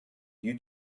due